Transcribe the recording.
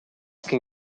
can